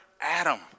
Adam